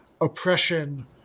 oppression